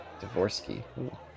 Dvorsky